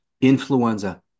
influenza